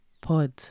pod